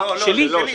שלנו.